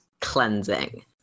cleansing